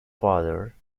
father